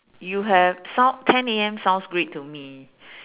you have sound ten A_M sounds great to me